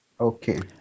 Okay